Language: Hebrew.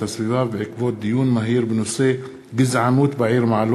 הסביבה בעקבות דיון מהיר בהצעה של חברי